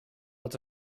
met